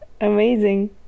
amazing